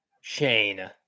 Shane